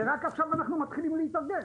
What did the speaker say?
ורק עכשיו אנחנו מתחילים להתארגן.